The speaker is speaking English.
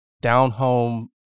down-home